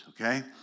Okay